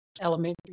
elementary